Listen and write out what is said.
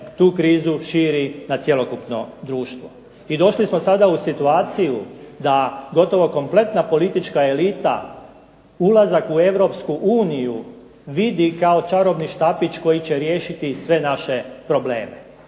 tu krizu širi na cjelokupno društvo. I došli smo sada u situaciju da gotovo cijela politička elita ulazak u Europsku uniju vidi kao čarobni štapić koji će riješiti sve naše probleme.